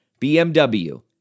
BMW